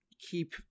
keep